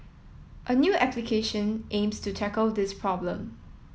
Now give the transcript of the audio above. a new application aims to tackle this problem